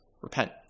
Repent